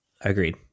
Agreed